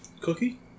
Cookie